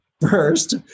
first